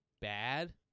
bad